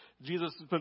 Jesus